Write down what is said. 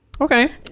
Okay